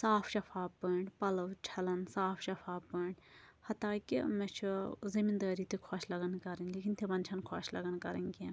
صاف شفاف پٲٹھۍ پَلوٚو چھلان صاف شَفاف پٲٹھۍ حتیٰ کہِ مےٚ چھِ زٔمیٖندٲری تہِ خۄش لَگان کَرٕنۍ لیکن تِمَن چھَنہٕ خۄش لگان کَرٕنۍ کیٚنٛہہ